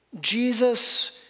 jesus